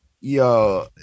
yo